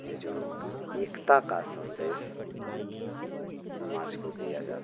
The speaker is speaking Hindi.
ये जो एकता का सन्देश समाज को दिया जाता है